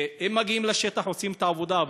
הם מגיעים לשטח ועושים את העבודה,